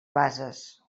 bases